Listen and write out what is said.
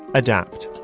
adapt.